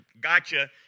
gotcha